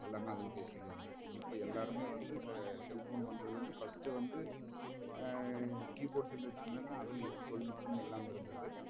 எல்லாமே அதில் பேசிக்குவாங்க இப்போ எல்லாருமே வந்து இப்போ செல் ஃபோன் வந்ததுலேருந்து ஃபஸ்ட் வந்து கீபோர்ட் செல் வச்சிருந்தாங்க அதில் எந்த தொழில்நுட்பம் இல்லாமல் இருந்தது